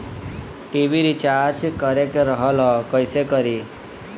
TV recharge करे के रहल ह कइसे करी?